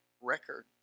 record